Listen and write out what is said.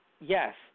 Yes